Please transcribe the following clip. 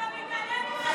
אתה מתעלם ממה שאתה רוצה.